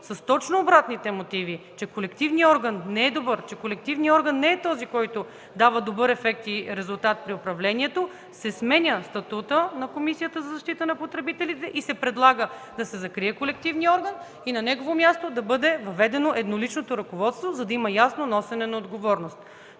С точно обратните мотиви – че колективният орган не е добър, че колективният орган не е този, който дава добър ефект и резултат при управлението, се сменя статутът на Комисията за защита на потребителите – предлага се да се закрие колективният орган и на негово място да бъде въведено едноличното ръководство, за да има ясно носене на отговорност.